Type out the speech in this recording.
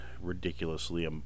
ridiculously